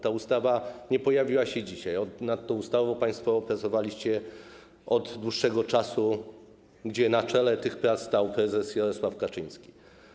Ta ustawa nie pojawiła się dzisiaj, nad tą ustawą państwo pracowaliście od dłuższego czasu, na czele tych prac stał prezes Jarosław Kaczyński.